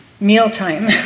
mealtime